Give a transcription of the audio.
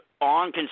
on